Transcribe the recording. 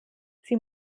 sie